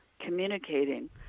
communicating